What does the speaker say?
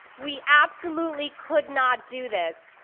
we absolutely could not do this.